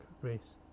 race